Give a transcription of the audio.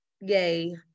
yay